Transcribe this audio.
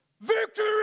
Victory